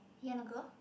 you wanna go